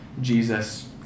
Jesus